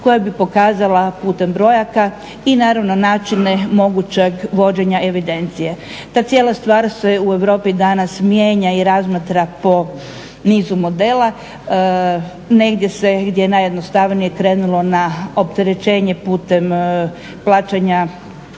koja bi pokazala putem brojaka i naravno načine mogućeg vođenja evidencije. Ta cijela stvar se u Europi danas mijenja i razmatra po nizu modela, negdje se gdje je najjednostavnije krenulo na opterećenje putem plaćanja